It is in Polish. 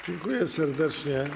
Dziękuję serdecznie.